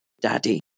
daddy